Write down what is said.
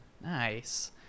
Nice